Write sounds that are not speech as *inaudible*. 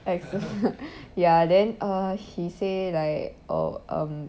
ex~ *laughs* ya then uh he say like oh um